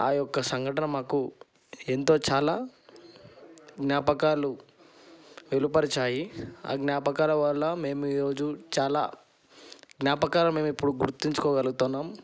ఆ యొక్క సంఘటనకి ఎంతో చాలా జ్ఞాపకాలు వెలువరిచాయి ఆ జ్ఞాపకాల వల్ల మేము ఈరోజు చాలా జ్ఞాపకాలు మేము ఇప్పుడు గుర్తించుకోగలుగుతున్నాము